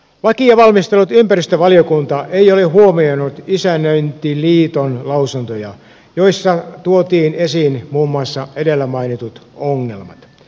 lakia valmistellut ympäristövaliokunta ei ole huomioinut isännöintiliiton lausuntoja joissa tuotiin esiin muun muassa edellä mainitut ongelmat